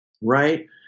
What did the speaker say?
right